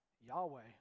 Yahweh